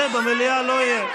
זה במליאה לא יהיה.